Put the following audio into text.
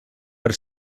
per